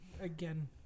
again